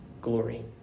glory